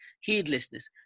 heedlessness